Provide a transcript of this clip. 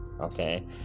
Okay